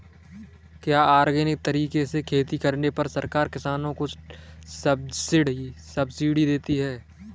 क्या ऑर्गेनिक तरीके से खेती करने पर सरकार किसानों को सब्सिडी देती है?